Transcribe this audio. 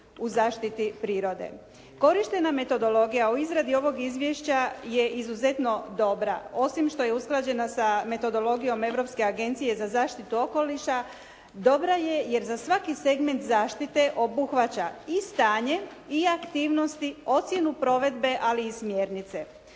u zaštiti prirode. Korištena metodologija o izradi ovog izvješća je izuzetno dobra, osim što je usklađena sa metodologijom Europske agencije za zaštitu okoliša, dobra je jer za svaki segment zaštite obuhvaća i stanje i aktivnosti, ocjenu provedbe ali i smjernice.